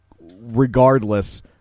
regardless